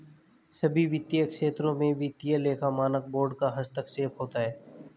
सभी वित्तीय क्षेत्रों में वित्तीय लेखा मानक बोर्ड का हस्तक्षेप होता है